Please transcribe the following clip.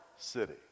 city